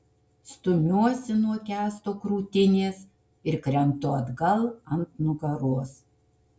stumiuosi nuo kęsto krūtinės ir krentu atgal ant nugaros